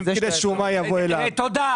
אם פקיד שומה יבוא אליו --- תודה.